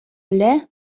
белә